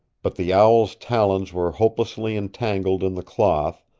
but the owl's talons were hopelessly entangled in the cloth,